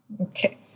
Okay